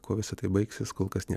kuo visa tai baigsis kol kas nie